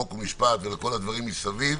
חוק ומשפט והדברים מסביב,